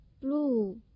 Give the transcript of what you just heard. blue